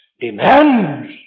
demands